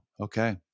Okay